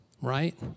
right